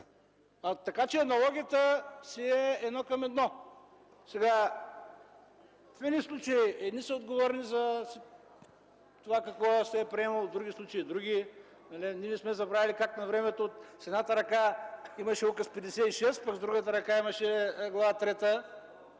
– аналогията си е едно към едно. В едни случаи едни са отговорни за това какво се е приемало, в други случаи други. Ние не сме забравили как навремето в едната ръка имаше Указ 56, а в другата ръка имаше Глава трета.